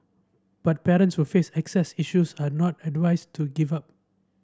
but parents who face access issues are not advised to give up